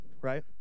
Right